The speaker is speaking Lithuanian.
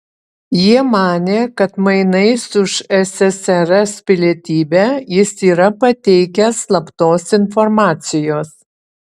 jie manė kad mainais už ssrs pilietybę jis yra pateikęs slaptos informacijos